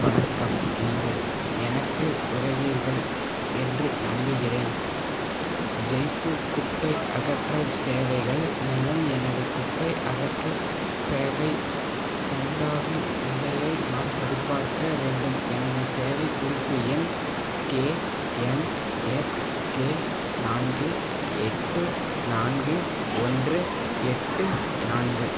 வணக்கம் நீங்கள் எனக்கு உதவுவீர்கள் என்று நம்புகிறேன் ஜெய்ப்பூர் குப்பை அகற்றல் சேவைகள் மூலம் எனது குப்பை அகற்றும் சேவை சந்தாவின் நிலையை நான் சரிபார்க்க வேண்டும் எனது சேவைக் குறிப்பு எண் கே என் எக்ஸ் கே நான்கு எட்டு நான்கு ஒன்று எட்டு நான்கு